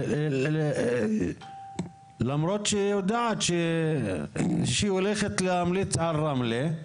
למרות שהיא יודעת שהיא הולכת להמליץ על רמלה?